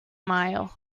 mile